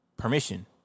permission